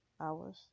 hours